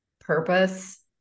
purpose